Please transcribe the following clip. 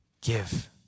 give